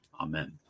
Amen